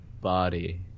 body